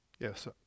Yes